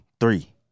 Three